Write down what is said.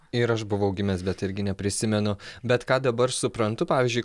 ir aš buvau gimęs bet irgi neprisimenu bet ką dabar suprantu pavyzdžiui